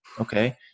Okay